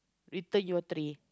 return your tray